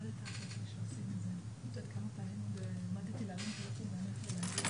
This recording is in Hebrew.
אבל הבעיה יש לנו דיון עוד מעט בוועדת הכלכלה בנושא הזה